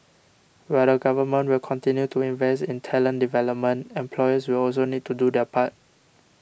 while the Government will continue to invest in talent development employers will also need to do their part